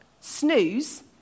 snooze